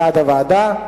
בעד וועדה,